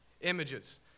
images